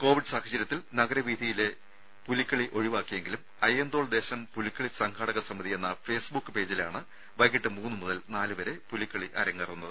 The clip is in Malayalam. കോവിഡ് സാഹചര്യത്തിൽ നഗരവീഥിയിലെ പുലിക്കളി ഒഴിവാക്കിയെങ്കിലും അയ്യന്തോൾ ദേശം പുലിക്കളി സംഘാടക സമിതിയെന്ന ഫേസ്ബുക്ക് പേജിലാണ് വൈകിട്ട് മൂന്നുമുതൽ നാലുവരെ പുലിക്കളി അരങ്ങേറുന്നത്